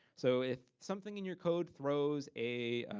so if something in your code throws a